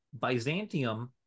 Byzantium